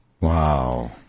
Wow